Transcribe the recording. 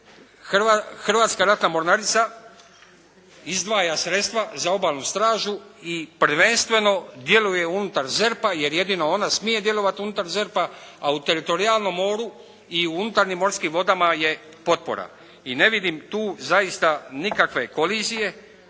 Hrvatska ratna mornarica izdvaja sredstva za obalnu stražu i prvenstveno djeluje unutar ZERP-a jer jedino ona smije djelovati unutar ZERP-a, a u teritorijalnom moru i u unutarnjim morskim vodama je potpora i ne vidim tu zaista nikakve kolizije.